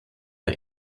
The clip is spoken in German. der